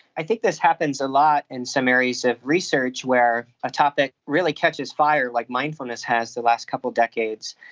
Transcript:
i think this happens a lot in some areas of research where a topic really catches fire like mindfulness has in the last couple of decades,